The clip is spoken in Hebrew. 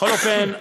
בכל אופן,